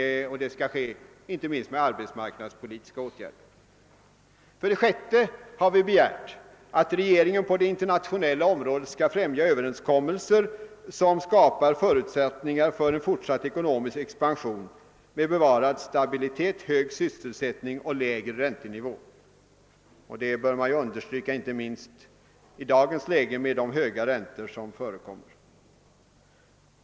Detta skall ske inte minst genom marknadspolitiska åtgärder. För det sjätte har vi begärt att regeringen på det internationella området skall främja överenskommelser som skapar förutsättningar för en fortsatt ekonomisk expansion med bevarad stabilitet, hög sysselsättning och lägre ränte nivå. Det bör man ju understryka inte minst i dagens läge med de höga räntor som förekommer.